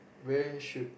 where should